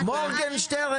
אביר, אתה מדקלם.